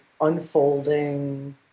unfolding